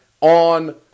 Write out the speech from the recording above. on